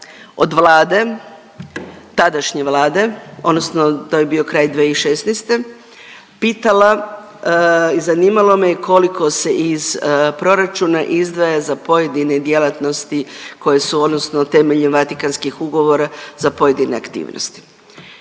od vlade, tadašnje vlade odnosno to je bio kraj 2016. pitala i zanimalo me je koliko se iz proračuna izdvaja za pojedine djelatnosti koje su odnosno temeljem Vatikanskih ugovora za pojedine aktivnosti.